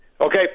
Okay